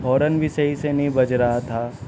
horn بھی صحیح سے نہیں بج رہا تھا